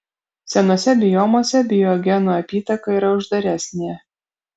senuose biomuose biogenų apytaka yra uždaresnė